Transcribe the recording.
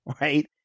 Right